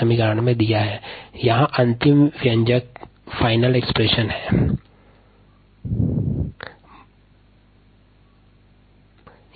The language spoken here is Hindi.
rd kdxvdxvdt यह अंतिम अभिव्यक्ति है xvddt बराबर kdxv है